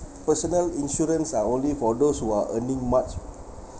personal insurance are only for those who are earning much